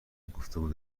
گفتگو